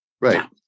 Right